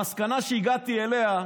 המסקנה שהגעתי אליה: